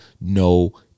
no